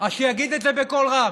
אז שיגיד את זה בקול רם.